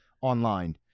online